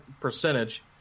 percentage